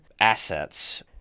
assets